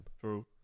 True